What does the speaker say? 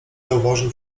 zauważył